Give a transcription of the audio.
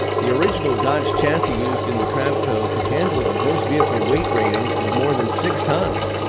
the original dodge chassis used in the travco could handle a gross vehicle weight rating of more than six tonnes,